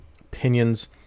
opinions